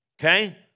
Okay